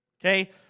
Okay